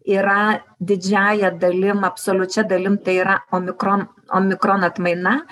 yra didžiąja dalim absoliučia dalim tai yra omikron omikron atmaina